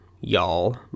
y'all